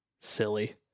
Silly